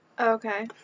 Okay